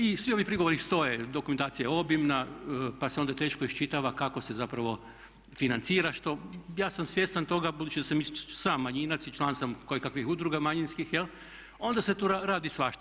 I svi ovi prigovori stoje, dokumentacija je obimna pa se onda teško iščitava kako se zapravo financira što ja sam svjestan toga, budući da sam i sam manjinac i član sam kojekakvih udruga manjinskih, onda se tu radi svašta.